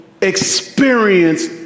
experience